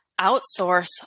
outsource